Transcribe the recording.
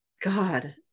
god